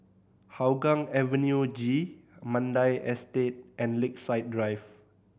Hougang Avenue G Mandai Estate and Lakeside Drive